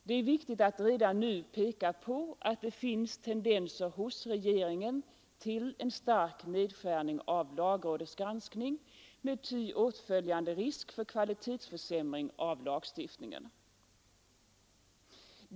Det är viktigt att redan nu peka på att det finns tendenser hos regeringen till en stark nedskärning av lagrådets granskning med ty åtföljande kvalitetsförsämring av lagstiftningen.